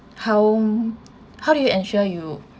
how um how do you ensure you